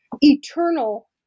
eternal